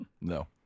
No